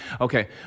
Okay